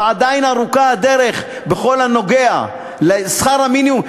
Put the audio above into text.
ועדיין ארוכה הדרך בכל הקשור לשכר המינימום.